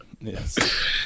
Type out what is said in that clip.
Yes